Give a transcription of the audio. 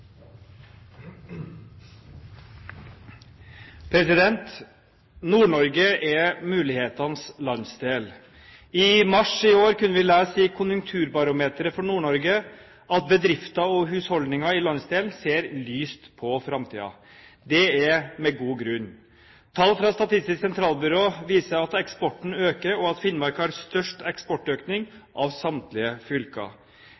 ressursene. Nord-Norge er mulighetenes landsdel. I mars i år kunne vi lese i Konjunkturbarometeret for Nord-Norge at bedrifter og husholdninger i landsdelen ser lyst på framtiden. Det er med god grunn. Tall fra Statistisk sentralbyrå viser at eksporten øker, og at Finnmark har størst eksportøkning av samtlige fylker.